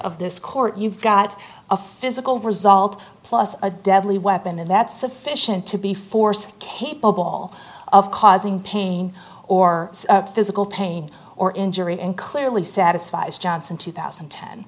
of this court you've got a physical result plus a deadly weapon and that's sufficient to be force capable of causing pain or physical pain or injury and clearly satisfies johnson two thousand